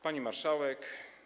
Pani Marszałek!